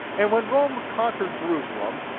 and when rome conquered jerusalem,